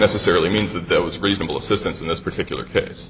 necessarily means that there was reasonable assistance in this particular case